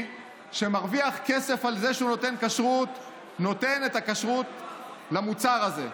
שמרוויח כסף על זה שהוא נותן כשרות נותן את הכשרות למוצר הזה.